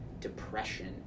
depression